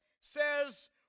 says